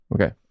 okay